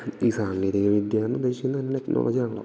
ഈ സാങ്കേതികവിദ്യയെന്ന് ഉദ്ദേശിക്കുന്നതുതന്നെ ടെക്നോളജിയാണല്ലോ